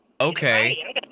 Okay